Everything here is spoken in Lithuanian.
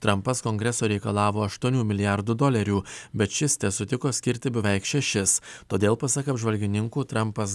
trampas kongreso reikalavo aštuonių milijardų dolerių bet šis tesutiko skirti beveik šešis todėl pasak apžvalgininkų trampas